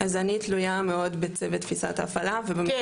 אז אני תלויה מאוד בצוות תפיסת ההפעלה ובמשרד